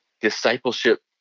discipleship